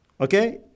Okay